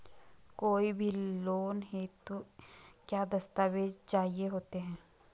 कोई भी लोन हेतु क्या दस्तावेज़ चाहिए होते हैं?